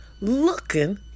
looking